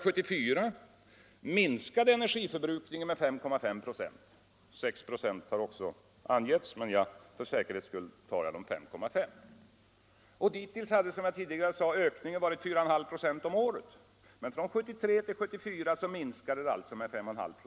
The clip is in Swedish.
Det har angivits att energiförbrukningen år 1974 minskade med 5,5 26-6 926, men jag håller mig för säkerhets skull till talet 5,5 96. Dittills hade, som jag tidigare sade, ökningen varit 4,5 96 om året, men från 1973-1974 minskade energiförbrukningen alltså med 5,5 96.